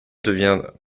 devient